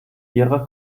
ihrer